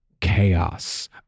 chaos